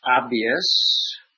obvious